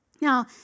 Now